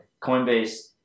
Coinbase